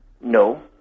No